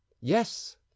yes